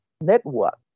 network